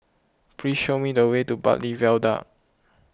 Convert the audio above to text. please show me the way to Bartley Viaduct